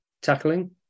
tackling